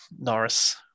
Norris